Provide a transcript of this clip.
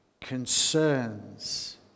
concerns